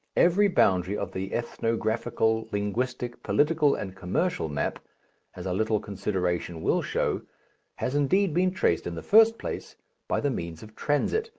every boundary of the ethnographical, linguistic, political, and commercial map as a little consideration will show has indeed been traced in the first place by the means of transit,